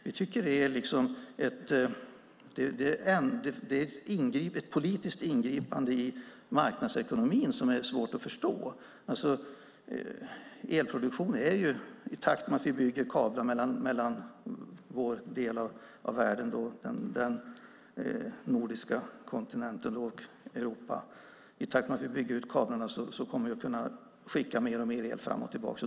Det tycker vi är ett politiskt ingripande i marknadsekonomin som det är svårt att förstå. I takt med att kablar byggs mellan vår del av världen, den nordiska kontinenten, och Europa kommer mer och mer el att kunna skickas fram och tillbaka.